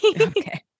okay